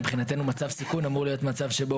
מבחינתנו מצב סיכון אמור להיות מצב שבו